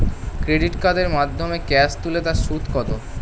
Credit কার্ডের মাধ্যমে cash তুলে তার সুদ কত?